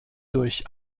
durch